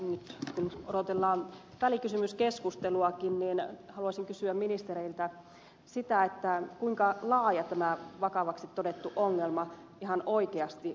nyt kun odotellaan välikysymyskeskusteluakin haluaisin kysyä ministereiltä sitä kuinka laaja tämä vakavaksi todettu ongelma ihan oikeasti on